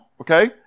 Okay